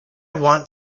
want